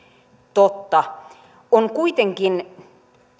totta on kuitenkin